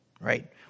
right